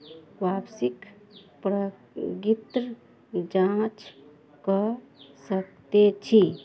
वापसीके प्रगित जाँच कऽ सकैत छी